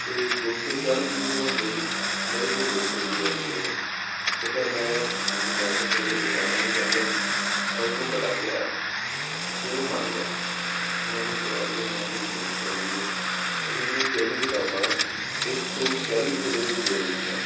ਅਤੇ ਦੋ ਸੌ ਚਾਲੀ ਰੁਪਈਏ ਬਣਦੇ ਸੀ ਮੇਰੇ ਕੋਲ ਦੋ ਸੌ ਰੁਪਈਆ ਸੀ ਟੋਟਲ ਅਤੇ ਪਰ ਮੈਂ ਕਿਉਂਕਿ ਪੈਸੇ ਥੋੜ੍ਹੇ ਜਿਹੇ ਬਚਾਉਣਾ ਵੀ ਚਾਹੁੰਦਾ ਮੈਂ ਉਸਨੂੰ ਬੜਾ ਕਿਹਾ ਫਿਰ ਉਹ ਮੰਨ ਗਿਆ ਮੈਂ ਉਹਨੂੰ ਕਿਹਾ ਕਿ ਮੈ ਮੈਨੂੰ ਬੁੱਕ ਚਾਹੀਦੀ ਹੈ ਉਹਨੇ ਮੈਨੂੰ ਤਿੰਨ ਕਿਤਾਬਾਂ ਇੱਕ ਸੌ ਚਾਲੀ ਰੁਪਏ ਦੇ ਵਿੱਚ ਦੇ ਦਿੱਤੀਆਂ